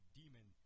demon